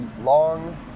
long